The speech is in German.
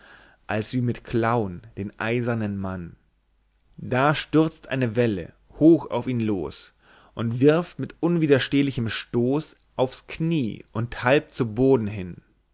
als wie mit klauen den eisernen mann da stürzt eine welle hoch auf ihn los und wirft mit unwiderstehlichem stoß aufs knie und halb zu boden ihn